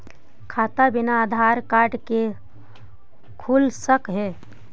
खाता बिना आधार कार्ड के खुल सक है?